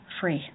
free